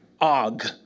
Og